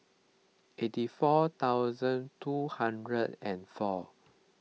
eighty four thousand two hundred and four